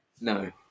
No